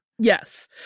Yes